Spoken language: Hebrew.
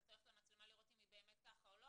את הולכת למצלמה לראות אם היא באמת ככה או לא?